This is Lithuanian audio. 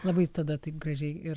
labai tada taip gražiai ir